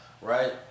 right